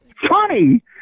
Funny